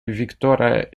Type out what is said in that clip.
виктора